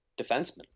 defenseman